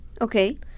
Okay